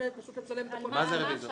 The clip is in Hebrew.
מה זה רביזיות?